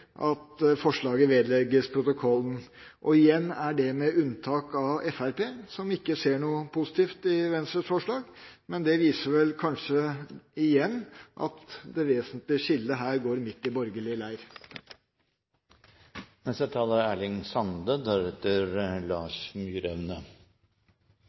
at forslaget vedlegges protokollen. Igjen er det med unntak av Fremskrittspartiet, som ikke ser noe positivt i Venstres forslag. Men det viser vel kanskje igjen at det vesentlige skillet her går midt i borgerlig